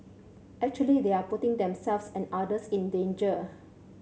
actually they are putting themselves and others in danger